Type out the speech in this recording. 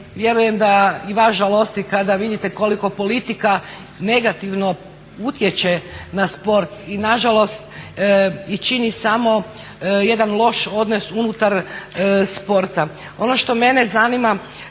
vjerujem da i vas žalosti kada vidite koliko politika negativno utječe na sport i na žalost i čini samo jedan loš odnos unutar sporta. Ono što mene zanima